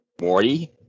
Morty